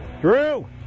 Drew